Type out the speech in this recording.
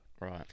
Right